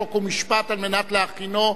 חוק ומשפט נתקבלה.